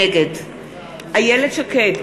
נגד איילת שקד,